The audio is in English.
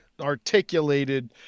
articulated